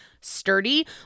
sturdy